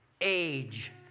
age